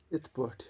یِتھ پٲٹھۍ